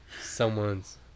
someone's